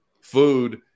food